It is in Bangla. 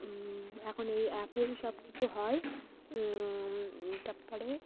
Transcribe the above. এখন এই অ্যাপেই সব কিছু হয় তারপরে